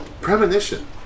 Premonition